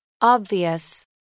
obvious